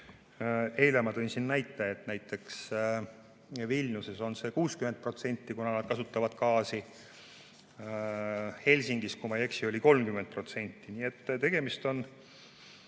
Eile ma tõin siin näite, et näiteks Vilniuses on see tõus 60%, kuna nad kasutavad gaasi. Helsingis, kui ma ei eksi, on see 30%. Nii et tegemist on